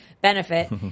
benefit